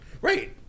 Right